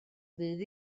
ddydd